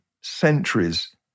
centuries